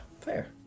Fair